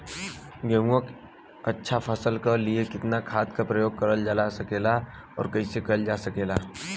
गेहूँक अच्छा फसल क लिए कितना खाद के प्रयोग करल जा सकेला और कैसे करल जा सकेला?